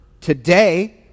today